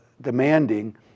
demanding